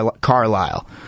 Carlisle